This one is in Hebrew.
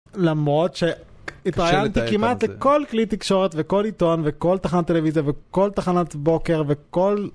למרות שהתראיינתי כמעט לכל כלי תקשורת וכל עיתון וכל תחנת טלוויזיה וכל תחנת בוקר וכל מקום שרק אפשרי